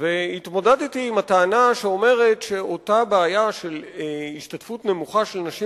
והתמודדתי עם הטענה שאומרת שהבעיה של השתתפות נמוכה של נשים